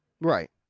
Right